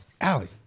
Allie